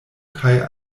kaj